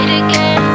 again